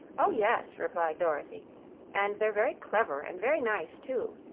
oh yes, replied dorothy and they're very clever and very nice, too.